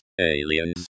aliens